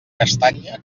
castanya